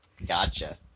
Gotcha